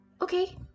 Okay